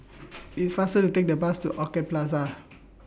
IT IS faster to Take The Bus to Orchid Plaza